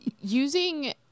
using